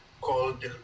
called